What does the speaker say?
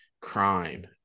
crime